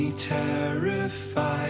terrified